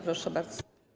Proszę bardzo.